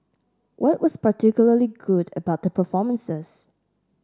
what was particularly good about their performances